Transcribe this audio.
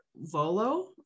Volo